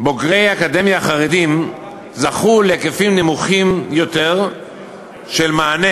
בוגרי האקדמיה החרדים זכו להיקפים נמוכים יותר של מענה